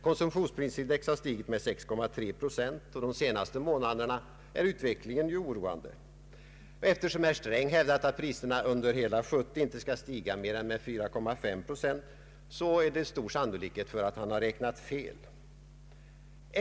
Konsumtionsprisindex har stigit med 6,3 procent, och de senaste månaderna är utvecklingen oroande. Eftersom herr Sträng hävdat att priserna under hela 1970 inte skall stiga med mer än 4,5 procent, är det stor sannolikhet för att han räknat fel.